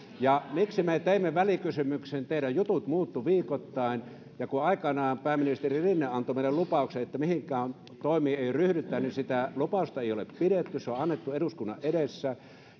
ja miksi me teimme välikysymyksen teidän juttunne muuttuivat viikoittain ja kun aikanaan pääministeri rinne antoi meille lupauksen että mihinkään toimiin ei ryhdytä niin sitä lupausta ei ole pidetty se on annettu eduskunnan edessä